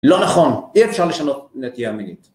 לא נכון, אי אפשר לשנות נטייה מינית.